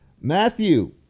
Matthew